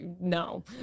no